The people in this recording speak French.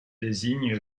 désigne